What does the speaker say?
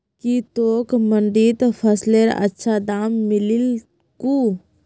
की तोक मंडीत फसलेर अच्छा दाम मिलील कु